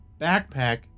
backpack